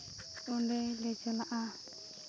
ᱚᱸᱰᱮᱞᱮ ᱪᱟᱞᱟᱜᱼᱟ